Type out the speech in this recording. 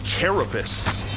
carapace